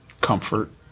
comfort